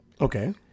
Okay